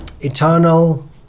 eternal